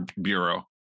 bureau